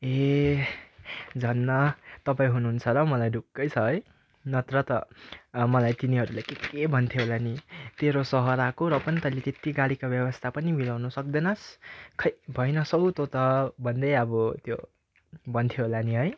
ए धन्न तपाईँ हुनुहुन्छ र मलाई ढुक्कै छ है नत्र त मलाई तिनीहरूले केके भन्थ्यो होला नि तेरो सहर आएको र पनि तैँले त्यत्ति गाडीको व्यवस्था पनि मिलाउनु सक्दैनस् खोइ भइनस् हो तँ त भन्दै अब त्यो भन्थ्यो होला नि है